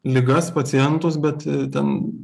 ligas pacientus bet ten